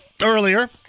earlier